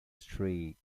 streak